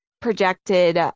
projected